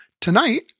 Tonight